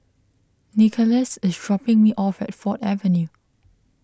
Nicholaus is dropping me off at Ford Avenue